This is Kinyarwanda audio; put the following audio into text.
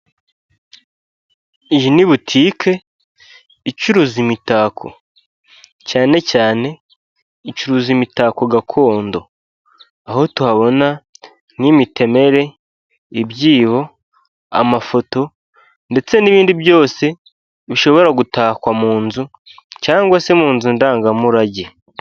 Iyi ni butike icuruza imitako, cyane cyane icuruza imitako gakondo. Aho tuhabona nk'imiteme, ibyibo, amafoto ndetse n'ibindi byose bishobora gutakwa mu nzu cyangwa se mu nzu ndangamurage.